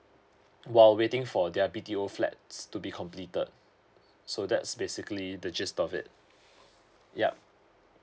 while waiting for their b t o flats to be completed so that's basically the gist of it yeah